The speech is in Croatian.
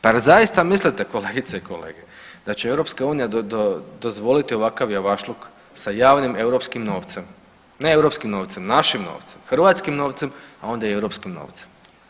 Pa jer zaista mislite kolegice i kolege da će EU dozvoliti ovakav javašluk sa javnim europskim novcem, ne europskim novcem, našim novcem, hrvatskim novcem, a onda i europskim novcem.